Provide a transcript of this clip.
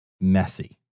messy